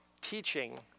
teaching